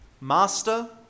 Master